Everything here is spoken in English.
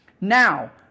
Now